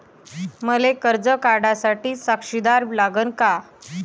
मले कर्ज काढा साठी साक्षीदार लागन का?